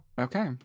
Okay